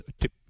tip